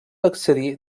accedir